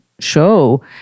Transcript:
show